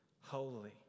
holy